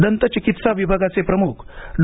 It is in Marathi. दंतचिकित्सा विभागाचे प्रमुख डॉ